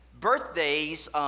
birthdays